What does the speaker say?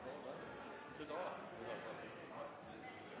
til Libanon. De